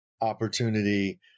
opportunity